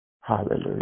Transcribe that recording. Hallelujah